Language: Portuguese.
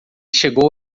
chegou